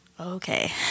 okay